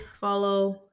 follow